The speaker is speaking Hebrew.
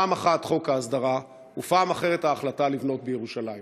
פעם אחת חוק ההסדרה ופעם אחרת ההחלטה לבנות בירושלים.